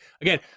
again